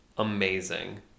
amazing